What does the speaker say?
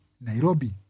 Nairobi